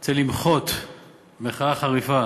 אני רוצה למחות מחאה חריפה